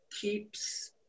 keeps